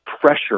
pressure